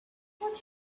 what